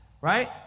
right